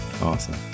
Awesome